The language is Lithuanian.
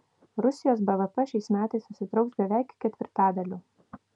rusijos bvp šiais metais susitrauks beveik ketvirtadaliu